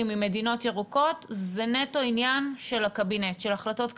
ממדינות ירוקות זה נטו עניין של החלטות קבינט.